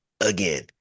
Again